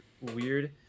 weird